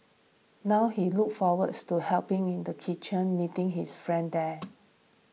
now he look forwards to helping in the kitchen meeting his friends there